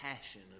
passion